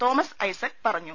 Thomas Isaac പറഞ്ഞു